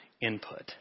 input